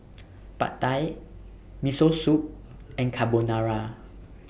Pad Thai Miso Soup and Carbonara